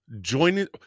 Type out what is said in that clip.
joining